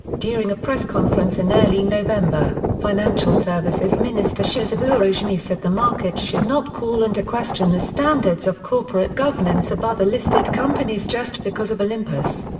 during a press conference in early november, financial services minister shozaburo jimi said the market should not call into question the standards of corporate governance of other listed companies just because of olympus.